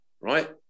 right